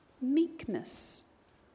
meekness